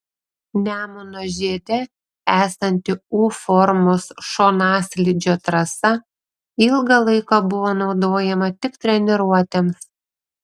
nemuno žiede esanti u formos šonaslydžio trasa ilgą laiką buvo naudojama tik treniruotėms